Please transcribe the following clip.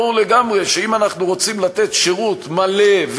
ברור לגמרי שאם אנחנו רוצים לתת שירות מלא,